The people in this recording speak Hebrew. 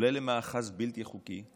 עולה למאחז בלתי חוקי,